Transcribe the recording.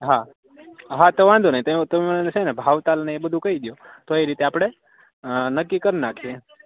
હાં હાં તો વનધો નઇ તેઓ તમે ભાવ તાલ ને એ બધુ કઈ દયો તો એ રીતે આપડે અ નક્કી કરી નાખીએ